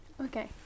Okay